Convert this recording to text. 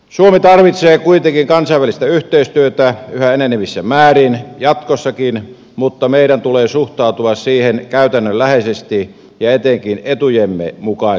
suomi tarvitsee kuitenkin kansainvälistä yhteistyötä yhä enenevissä määrin jatkossakin mutta meidän tulee suhtautua siihen käytännönläheisesti ja etenkin etujemme mukaisesti